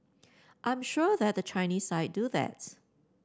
I'm sure that the Chinese side do that